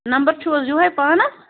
number چھُ حظ یُہوٚے پانَس